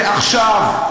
ועכשיו.